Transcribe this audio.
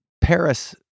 Paris